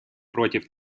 против